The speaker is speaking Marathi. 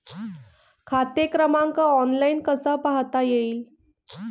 खाते क्रमांक ऑनलाइन कसा पाहता येईल?